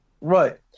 Right